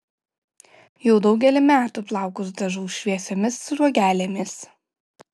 jau daugelį metų plaukus dažau šviesiomis sruogelėmis